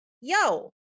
yo